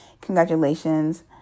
Congratulations